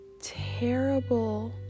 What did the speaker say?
terrible